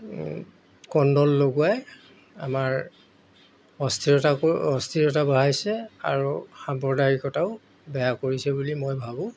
কণ্ডল লগোৱাই আমাৰ অস্তিৰতা অস্থিৰতা বঢ়াইছে আৰু সাম্প্ৰদায়িকতাও বেয়া কৰিছে বুলি মই ভাবোঁ